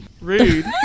rude